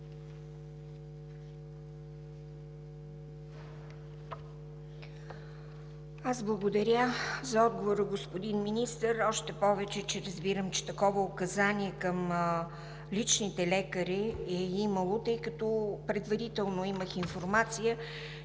Аз благодаря за отговора, господин Министър. Още повече че разбирам, че такова указание към личните лекари е имало, тъй като предварително имах информация,